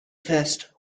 fest